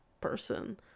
person